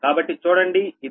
కాబట్టి చూడండి ఇది